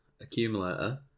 accumulator